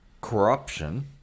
corruption